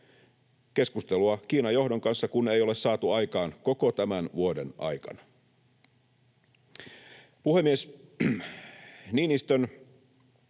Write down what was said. keskustelua Kiinan johdon kanssa kun ei ole saatu aikaan koko tämän vuoden aikana. Puhemies! Aiemmin